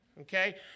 okay